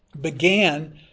began